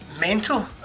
mental